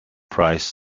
price